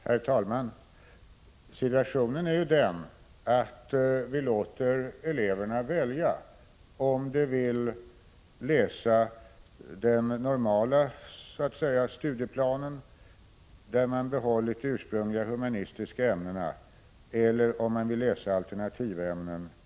Herr talman! Situationen är den att vi låter eleverna välja om de vill läsa den normala studieplanen där de ursprungliga humanistiska ämnena behållits eller om de i stället vill läsa alternativa ämnen.